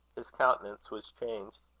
his countenance was changed.